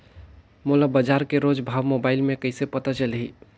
मोला बजार के रोज भाव मोबाइल मे कइसे पता चलही?